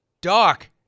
Doc